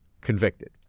convicted